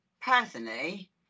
Personally